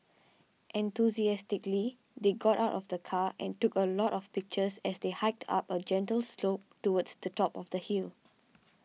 enthusiastically they got out of the car and took a lot of pictures as they hiked up a gentle slope towards the top of the hill